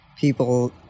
people